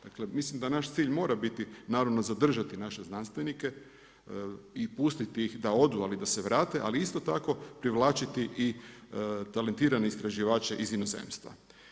Dakle mislim da naš cilj mora biti naravno zadržati naše znanstvenike i pustiti ih da odu ali i da se vrate ali isto tako privlačiti i talentirane istraživače iz inozemstva.